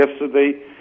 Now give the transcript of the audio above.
yesterday